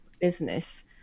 business